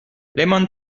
lemon